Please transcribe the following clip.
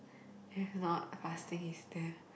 we have not fasting is damn